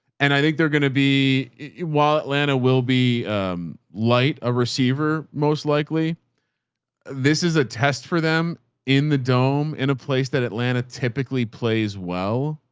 and i think they're going to be while atlanta will be light a receiver, most likely this is a test for them in the dome, in a place that atlanta typically plays well.